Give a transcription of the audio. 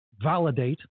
validate